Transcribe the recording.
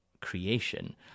creation